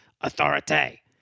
authority